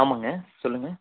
ஆமாங்க சொல்லுங்கள்